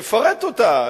יפרט אותה,